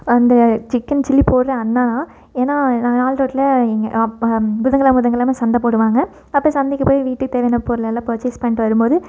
வந்து chicken chilli போடுகிற அண்ணா ஏன்னால் நான் நாலு ரோட்டில் எங்கள் ஆப் புதன் கிழம புதன் கிழம சந்தை போடுவாங்க அப்படியே சந்தைக்கு போய் வீட்டுக் தேவையான பொருள் எல்லாம் பர்ச்சேஸ் பண்ணிட்டு வரும் போது